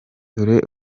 dore